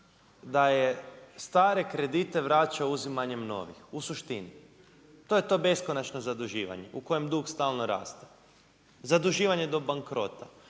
da je stare kredite vraćao uzimanjem novih, u suštini. To je to beskonačno zaduživanje u kojem dug stalno raste, zaduživanje do bankrota.